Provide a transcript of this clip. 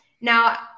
Now